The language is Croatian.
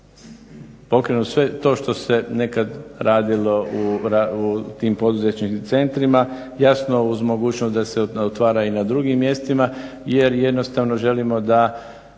pokrenu sve to što se nekad radilo u tim poduzetničkim centrima, jasno uz mogućnost da se otvara i na drugim mjestima jer jednostavno želimo da